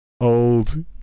old